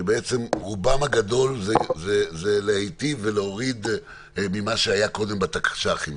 שבעצם רובם הגדול זה להיטיב ולהוריד ממה שהיה קודם בתקש"חים.